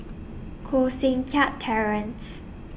Koh Seng Kiat Terence